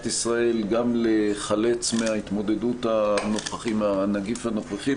ישראל גם להיחלץ מההתמודדות מהנגיף הנוכחי,